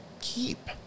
keep